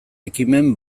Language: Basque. ekimen